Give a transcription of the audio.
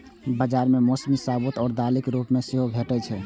बाजार मे मौसरी साबूत आ दालिक रूप मे सेहो भैटे छै